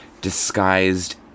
disguised